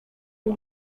war